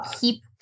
keep